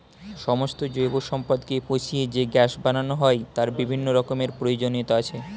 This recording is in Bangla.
সমস্ত জৈব সম্পদকে পচিয়ে যে গ্যাস বানানো হয় তার বিভিন্ন রকমের প্রয়োজনীয়তা আছে